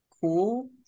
cool